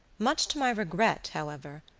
much to my regret, however,